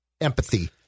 empathy